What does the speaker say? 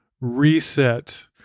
Reset